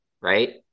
right